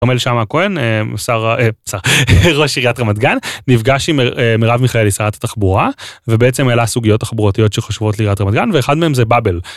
כרמל שאמה הכהן, ראש עיריית רמת גן, נפגש עם מרב מיכאל שרת התחבורה ובעצם הוא העלה סוגיות תחבורתיות שחשובות לעיריית רמת גן ואחד מהם זה באבל.